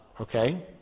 Okay